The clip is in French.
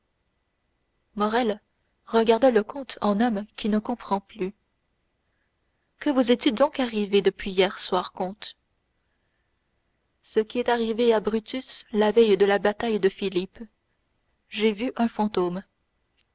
morrel regarda le comte en homme qui ne comprend plus que vous est-il donc arrivé depuis hier soir comte ce qui est arrivé à brutus la veille de la bataille de philippes j'ai vu un fantôme